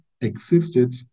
existed